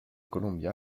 columbia